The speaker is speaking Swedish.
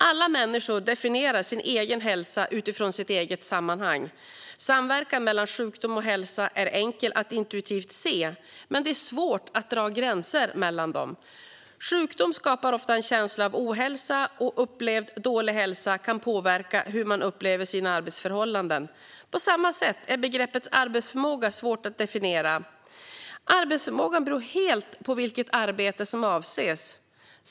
Alla människor definierar sin egen hälsa utifrån sitt eget sammanhang. Samverkan mellan sjukdom och hälsa är enkel att intuitivt se, men det är svårt att dra gränser mellan dessa. Sjukdom skapar ofta en känsla av ohälsa, och upplevd dålig hälsa kan påverka hur man upplever sina arbetsförhållanden. På samma sätt är begreppet arbetsförmåga svårt att definiera. Arbetsförmågan beror helt på vilket arbete som avses.